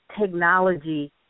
Technology